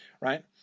Right